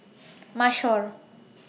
Mashor